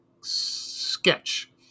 sketch